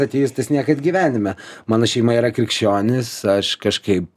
ateistas niekad gyvenime mano šeima yra krikščionys aš kažkaip